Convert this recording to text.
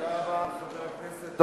תודה רבה לחבר הכנסת דב